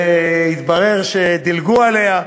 והתברר שדילגו עליה,